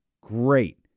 Great